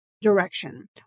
direction